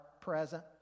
present